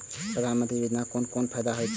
प्रधानमंत्री योजना कोन कोन फायदा छै?